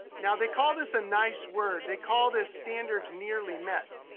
now they call this a nice word, they call this standards nearly met.